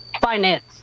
finance